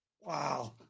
Wow